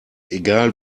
egal